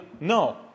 No